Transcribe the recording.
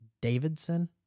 Davidson